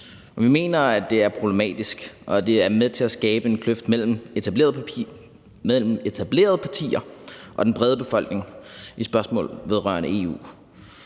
Vi mener, at det er problematisk, og at det er med til at skabe en kløft mellem etablerede partier og den brede befolkning i spørgsmål vedrørende EU.